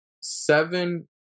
seven